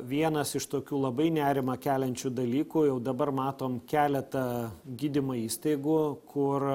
vienas iš tokių labai nerimą keliančių dalykų jau dabar matom keletą gydymo įstaigų kur